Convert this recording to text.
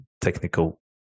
technical